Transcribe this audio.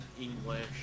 English